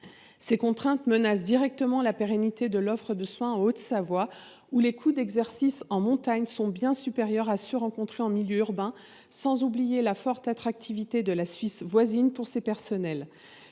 Ces contraintes menacent directement la pérennité de l’offre de soins en Haute Savoie, où les coûts d’exercice en montagne sont bien supérieurs à ceux que l’on rencontre en milieu urbain. En outre, il ne faut pas oublier la forte attractivité de la Suisse voisine pour ces personnels.